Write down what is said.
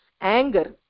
anger